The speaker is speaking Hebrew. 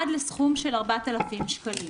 עד לסכום של 4,000 שקלים.